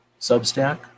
substack